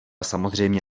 samozřejmě